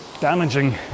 damaging